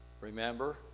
Remember